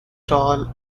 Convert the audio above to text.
tall